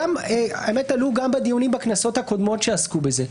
שעלו גם בדיונים בכנסות הקודמות שעסקו בזה.